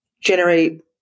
generate